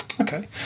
Okay